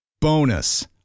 Bonus